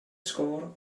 score